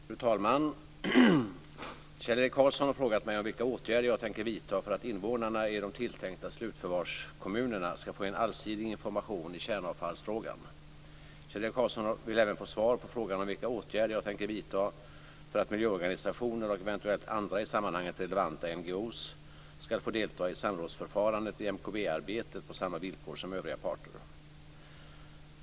Fru talman! Kjell-Erik Karlsson har frågat mig om vilka åtgärder jag tänker vidta för att invånarna i de tilltänkta slutförvarskommunerna ska få en allsidig information i kärnavfallsfrågan. Kjell-Erik Karlsson vill även få svar på frågan om vilka åtgärder jag tänker vidta för att miljöorganisationer och eventuellt andra i sammanhanget relevanta NGO:er ska få delta i samrådsförfarandet vid MKB-arbetet på samma villkor som övriga parter.